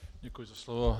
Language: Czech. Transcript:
Děkuji za slovo.